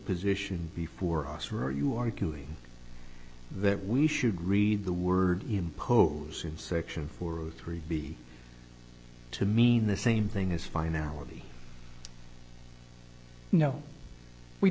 position before us are you arguing that we should read the word impose in section four or three be to mean the same thing as finality no we